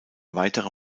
weitere